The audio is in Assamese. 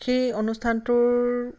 সেই অনুষ্ঠানটোৰ